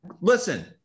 listen